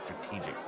strategic